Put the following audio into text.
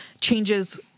changes